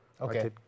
Okay